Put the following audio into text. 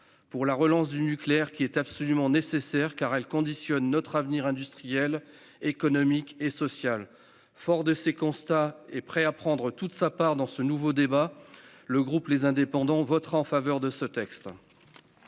pour la relance du nucléaire, laquelle est absolument nécessaire, car elle conditionne notre avenir industriel, économique et social. Fort de ces constats, et prêt à prendre toute sa part dans ce nouveau défi, le groupe Les Indépendants - République et